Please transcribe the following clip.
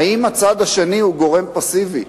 האם הצד השני הוא גורם פסיבי?